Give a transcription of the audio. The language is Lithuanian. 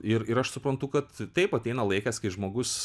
ir ir aš suprantu kad taip ateina laikas kai žmogus